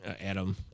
Adam